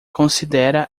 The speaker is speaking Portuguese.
considera